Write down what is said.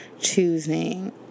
choosing